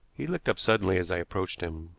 he looked up suddenly as i approached him.